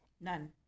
None